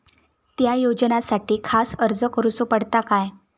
त्या योजनासाठी खास अर्ज करूचो पडता काय?